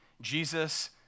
Jesus